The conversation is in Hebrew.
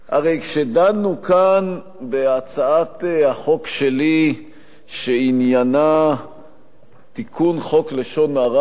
הרי כשדנו כאן בהצעת החוק שלי שעניינה תיקון חוק לשון הרע,